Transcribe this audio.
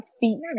feet